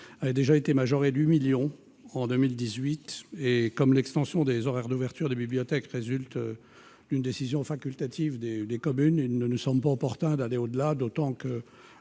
a déjà été majorée de 8 millions d'euros en 2018. Dans la mesure où l'extension des horaires d'ouverture des bibliothèques résulte d'une décision facultative des communes, il ne nous semble pas opportun d'aller au-delà, d'autant que